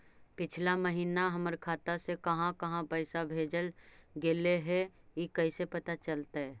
पिछला महिना हमर खाता से काहां काहां पैसा भेजल गेले हे इ कैसे पता चलतै?